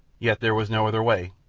yet there was no other way,